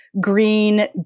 green